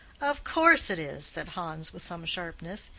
of course it is, said hans, with some sharpness.